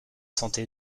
santé